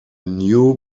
new